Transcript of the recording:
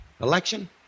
Election